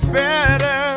better